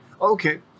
okay